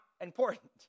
important